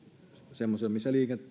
missä